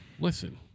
Listen